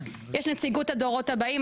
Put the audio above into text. יש נציגות הדורות הבאים,